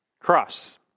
Cross